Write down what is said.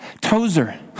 Tozer